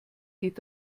geht